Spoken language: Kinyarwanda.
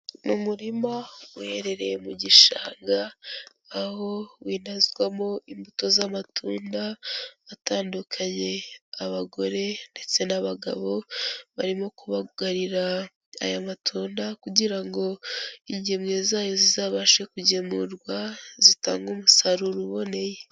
Umurima uherereye mu gishanga aho winazwamo imbuto z'amatunda atandukanye, abagore ndetse n'abagabo barimo kubagarira ayo matunda kugira ngo ingemwe zayo zizabashe kugemurwa zitangage umusaruro uboneye.